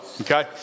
okay